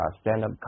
stand-up